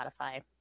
Spotify